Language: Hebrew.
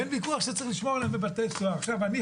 ואין ויכוח שצריך לשמור עליהם בבתי סוהר.